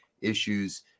issues